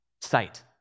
sight